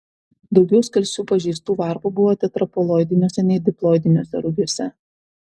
daugiau skalsių pažeistų varpų buvo tetraploidiniuose nei diploidiniuose rugiuose